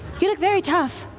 you look very tough.